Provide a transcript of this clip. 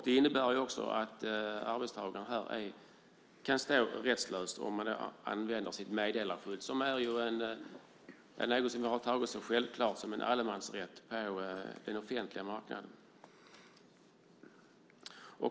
Det innebär att arbetstagaren kan stå rättslös om han eller hon använder sitt meddelarskydd, som självklart setts som en allemansrätt på den offentliga marknaden.